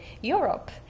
Europe